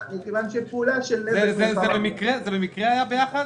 זה במקרה היה ביחד?